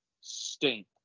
stink